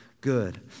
good